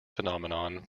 phenomenon